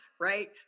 right